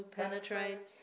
penetrate